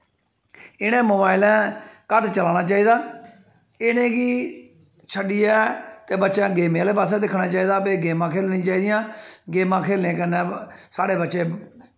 इ'नें मोबाइलें घट्ट चलाना चाहिदा इ'नें गी छड्डियै ते बच्चें गेमें आह्ले पास्सै दिक्खना चाहिदा भाई गेमां खेलनियां चाहिदियां गेमां खेलने कन्नै साढ़े बच्चे